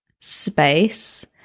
space